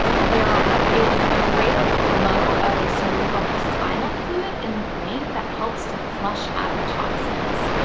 there is a greater flow of cerebrospinal fluid in the brain that helps to flush out toxins.